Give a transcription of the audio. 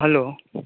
hello